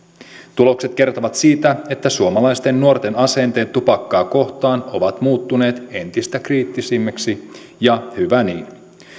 tulokset kertovat siitä että suomalaisten nuorten asenteet tupakkaa kohtaan ovat muuttuneet entistä kriittisemmiksi ja hyvä niin